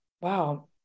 wow